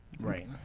Right